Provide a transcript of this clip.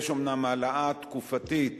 יש אומנם העלאה תקופתית,